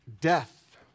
death